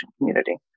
community